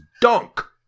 Dunk